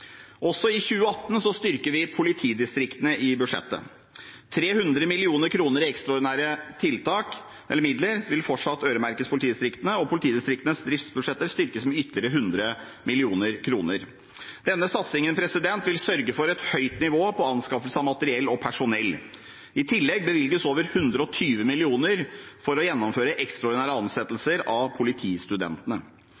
Også i 2018 styrker vi politidistriktene i budsjettet. 300 mill. kr i ekstraordinære midler vil fortsatt øremerkes politidistriktene, og politidistriktenes driftsbudsjetter styrkes med ytterligere 100 mill. kr. Denne satsingen vil sørge for et høyt nivå på anskaffelse av materiell og personell. I tillegg bevilges over 120 mill. kr for å gjennomføre ekstraordinære